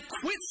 quit